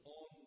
on